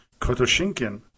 Kotoshinkin